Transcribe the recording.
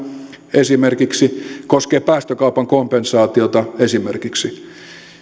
esimerkiksi väylämaksuja se koskee esimerkiksi päästökaupan kompensaatiota